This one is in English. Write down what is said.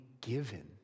given